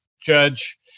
Judge